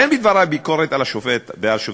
ואין בדברי ביקורת על השופטים,